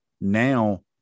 now